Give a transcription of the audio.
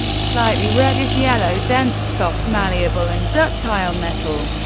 slightly reddish yellow, dense, soft, malleable, and ductile metal.